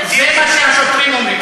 זה מה שהשוטרים אומרים.